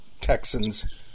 Texans